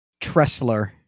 tressler